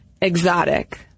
exotic